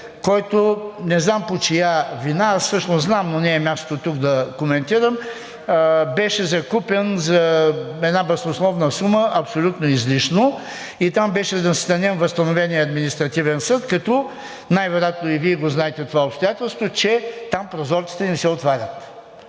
който не знам по чия вина – аз всъщност знам, но не е мястото тук да коментирам, беше закупен за една баснословна сума абсолютно излишно и там беше настанен възстановеният Административен съд, като най-вероятно и Вие го знаете това обстоятелство, че там прозорците не се отварят.